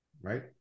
right